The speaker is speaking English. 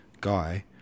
guy